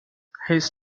his